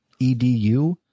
EDU